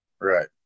Right